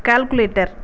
calculator